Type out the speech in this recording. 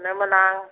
मोनोमोन आं